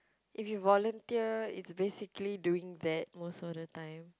if you volunteer it's basically doing that most of the time